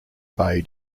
bay